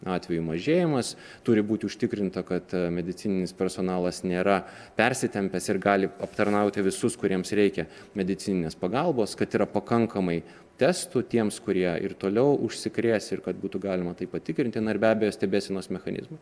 atvejų mažėjimas turi būti užtikrinta kad medicininis personalas nėra persitempęs ir gali aptarnauti visus kuriems reikia medicininės pagalbos kad yra pakankamai testų tiems kurie ir toliau užsikrės ir kad būtų galima tai patikrinti na ir be abejo stebėsenos mechanizmai